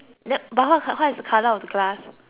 what is the colour of the glass